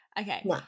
Okay